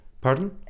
Pardon